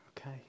Okay